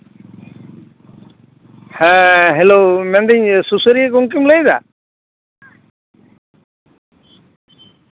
ᱦᱮᱸ ᱦᱮᱞᱳ ᱢᱮᱱᱫᱟᱹᱧ ᱥᱩᱥᱟᱹᱨᱤᱭᱟᱹ ᱜᱚᱝᱠᱮᱢ ᱞᱟᱹᱭᱫᱟ